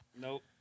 Nope